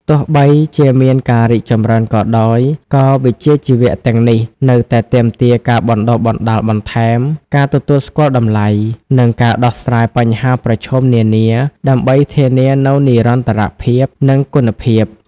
ទោះបីជាមានការរីកចម្រើនក៏ដោយ ក៏វិជ្ជាជីវៈទាំងនេះនៅតែទាមទារការបណ្ដុះបណ្ដាលបន្ថែម ការទទួលស្គាល់តម្លៃ និងការដោះស្រាយបញ្ហាប្រឈមនានា ដើម្បីធានានូវនិរន្តរភាព និងគុណភាព។